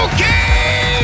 Okay